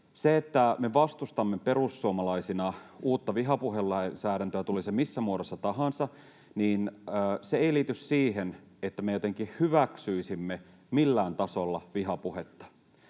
Se, että me vastustamme perussuomalaisina uutta vihapuhelainsäädäntöä, tuli se missä muodossa tahansa, ei liity siihen, että me jotenkin hyväksyisimme millään tasolla vihapuhetta,